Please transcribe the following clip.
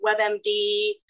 WebMD